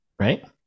Right